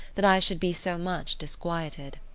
that i should be so much disquieted.